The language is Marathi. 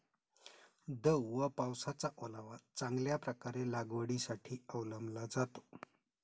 दव व पावसाचा ओलावा चांगल्या प्रकारे लागवडीसाठी अवलंबला जातो